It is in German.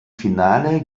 finale